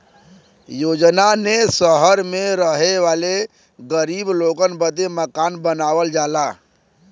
योजना ने सहर मे रहे वाले गरीब लोगन बदे मकान बनावल जाला